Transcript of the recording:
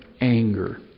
anger